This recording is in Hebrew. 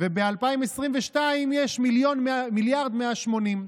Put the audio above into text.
וב-2022 יש 1.18 מיליארד.